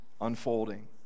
unfolding